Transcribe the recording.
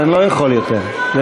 אבל אני לא יכול יותר, זה